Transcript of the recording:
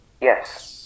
Yes